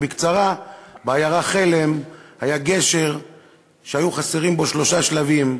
בקצרה: בעיירה חלם היה גשר שהיו חסרים בו שלושה שלבים,